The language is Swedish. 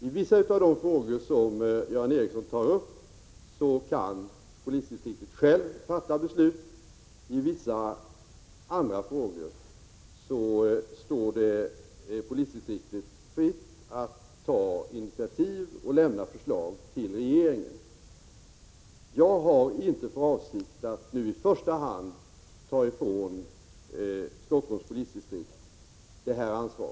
I vissa av de frågor som Göran Ericsson tar upp kan polisdistriktet självt fatta beslut, och i vissa andra frågor står det polisdistriktet fritt att ta initiativ och lämna förslag till regeringen. Jag har inte för avsikt att nu i första hand ta ifrån Stockholms polisdistrikt detta ansvar.